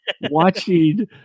watching